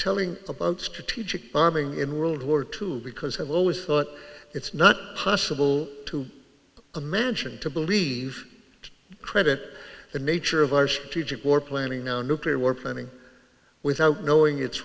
telling about strategic bombing in world war two because i've always thought it's not possible to imagine to believe credit the nature of our strategic war planning on nuclear war planning without knowing it